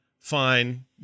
fine